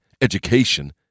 education